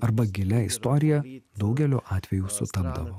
arba gilia istorija daugeliu atvejų sutapdavo